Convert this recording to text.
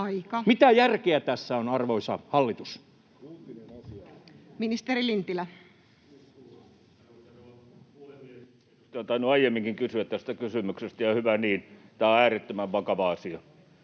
Mitä järkeä tässä on, arvoisa hallitus? Ministeri Lintilä. Arvoisa rouva puhemies! Edustaja on tainnut aiemminkin kysyä tästä kysymyksen, ja hyvä niin. Tämä on äärettömän vakava asia